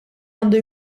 għandu